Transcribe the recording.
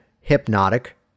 hypnotic